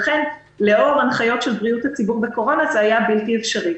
לכן לאור ההנחיות של בריאות הציבור בקורונה זה היה בלתי אפשרי.